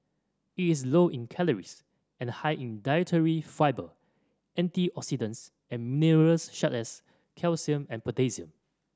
it is low in calories and high in dietary fibre antioxidants and minerals such as calcium and potassium